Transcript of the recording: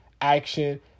action